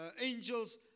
Angels